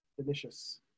Delicious